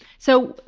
so,